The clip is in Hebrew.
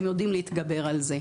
הם יודעים להתגבר על זה.